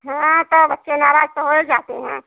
हाँ तो बच्चे नाराज तो हो जाते हैं